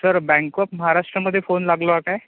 sir bank of महाराष्ट्रामध्ये phone लागलो हा